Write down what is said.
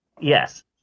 Yes